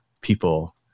people